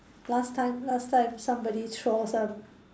last time last time somebody throw some